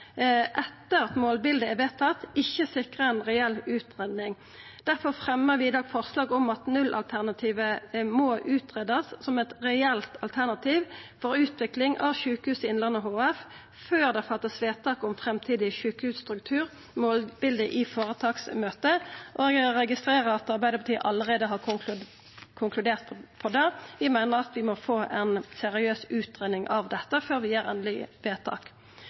etter at målbildet er vedtatt, ikkje sikrar ei reell utgreiing. Difor fremjar vi i dag forslag om at nullalternativet må greiast ut som eit reelt alternativ for utvikling av Sjukehuset Innlandet HF før det vert gjort vedtak om framtidig sjukehusstruktur, målbilde, i føretaksmøtet. Eg registrerer at Arbeidarpartiet allereie har konkludert på det. Vi meiner at vi må få ei seriøs utgreiing av dette før vi gjer endeleg vedtak. Vi er